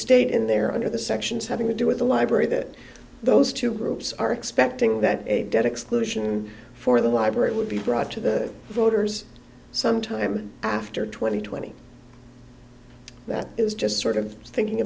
stayed in there under the sections having to do with the library that those two groups are expecting that a dead exclusion for the library would be brought to the voters some time after twenty twenty that is just sort of thinking